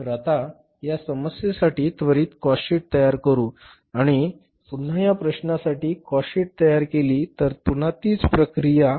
तर आता या समस्येसाठी त्वरीत काॅस्ट शीट तयार करू या आणि पुन्हा या प्रश्नासाठी कॉस्ट शीट तयार केली तर पुन्हा तीच प्रक्रिया